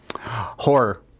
Horror